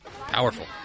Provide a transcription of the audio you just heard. Powerful